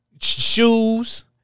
shoes